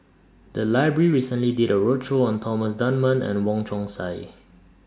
The Library recently did A roadshow on Thomas Dunman and Wong Chong Sai